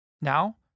Now